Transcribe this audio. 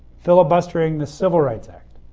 filibustering the civil rights act.